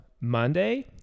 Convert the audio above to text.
monday